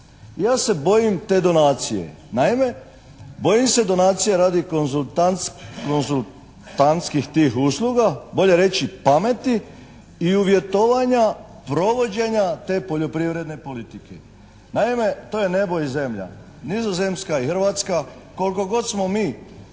ja se bojim te donacije. Naime bojim se donacije radi konzultantskih tih usluga, bolje reći pameti i uvjetovanja provođenja te poljoprivredne politike. Naime to je nebo i zemlja. Nizozemska i Hrvatska koliko god smo mi